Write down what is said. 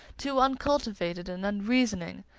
too uncultivated and unreasoning,